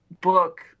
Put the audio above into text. book